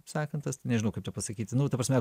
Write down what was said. sakant tas nežinau kaip pasakyti nu ta prasme